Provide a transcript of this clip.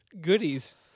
goodies